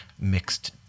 mixed